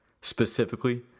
Specifically